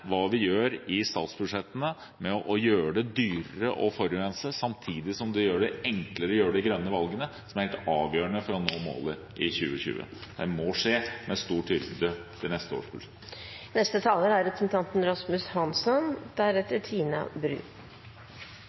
dyrere å forurense, samtidig som en gjør det enklere å ta de grønne valgene, som er helt avgjørende for å nå målet i 2020. Dette må skje med stor tyngde i neste års budsjett. Når noen skal bygge en bru, er